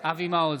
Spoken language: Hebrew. אבי מעוז,